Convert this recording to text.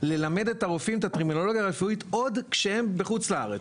ללמד את הרופאים את הטרמינולוגיה הרפואית עוד כשהם בחו"ל.